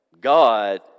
God